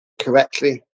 correctly